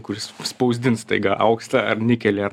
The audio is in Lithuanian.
kuris spausdins staiga auksą ar nikelį ar